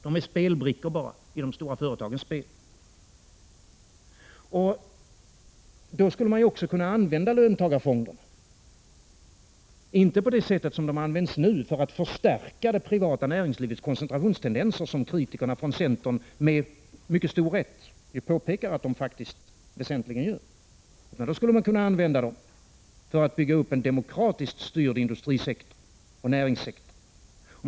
De är bara brickor i de stora företagens spel. Då skulle man också kunna använda löntagarfonderna, inte som de används nu — för att förstärka det privata näringslivets koncentrationstenden ser, som kritikerna från centern med mycket stor rätt påpekat — utan för att bygga upp en demokratiskt styrd industrisektor och näringssektor.